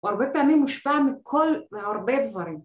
הרבה פעמים מושפע מכל והרבה דברים